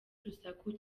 urusaku